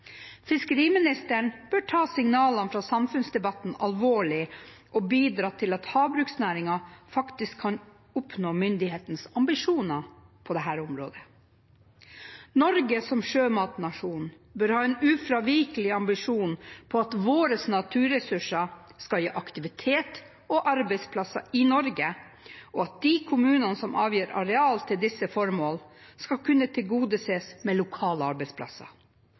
Fiskeriministeren bør ta signalene fra samfunnsdebatten alvorlig og bidra til at havbruksnæringen faktisk kan oppnå myndighetenes ambisjoner på dette området. Norge som sjømatnasjon bør ha en ufravikelig ambisjon om at våre naturressurser skal gi aktivitet og arbeidsplasser i Norge, og at de kommunene som avgir areal til disse formål, skal kunne tilgodeses med lokale arbeidsplasser.